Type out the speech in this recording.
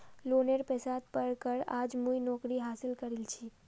लोनेर पैसात पढ़ कर आज मुई नौकरी हासिल करील छि